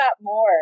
more